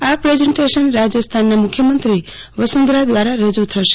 આ પ્રેઝન્ટેશન રાજસ્થાનના મુખ્યમંત્રી વસુંધરા દ્વારા રજૂ થશે